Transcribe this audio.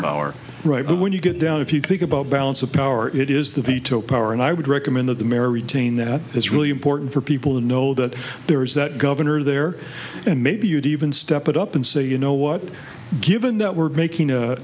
power right when you get down if you think about balance of power it is the veto power and i would recommend that the mare retain that is really important for people to know that there is that governor there and maybe you'd even step it up and say you know what given that we're making a